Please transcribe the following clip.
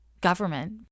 government